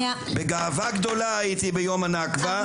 בגאווה גדולה הייתי ביום הנכבה.